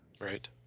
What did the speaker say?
Right